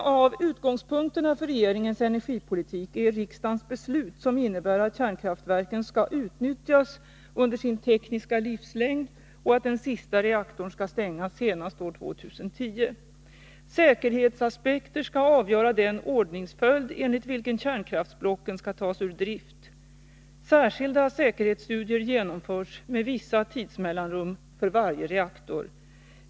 En av utgångspunkterna för regeringens energipolitik är riksdagens beslut, som innebär att kärnkraftverken skall utnyttjas under sin tekniska livslängd och att den sista reaktorn skall stängas senast år 2010. Säkerhetsaspekter skall avgöra den ordningsföljd enligt vilken kärnkraftsblocken skall tas ur drift. Särskilda säkerhetsstudier genomförs med vissa tidsmellanrum för varje reaktor.